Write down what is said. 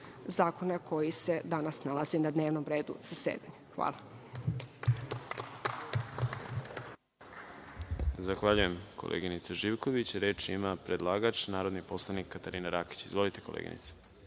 zakona koji se danas nalazi na dnevnog redu zasedanja. Hvala.